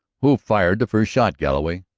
who fired the first shot. galloway?